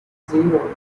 zero